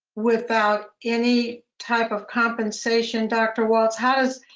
without any type of compensation, dr. walts? how does,